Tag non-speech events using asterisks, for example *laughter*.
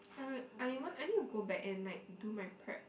*noise* I want I need to go back and like do my prep